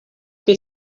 qué